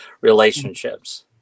relationships